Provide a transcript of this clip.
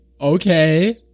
Okay